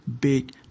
big